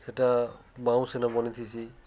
ସେଟା ବାଉଁସନ ବନିଥିସି